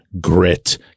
grit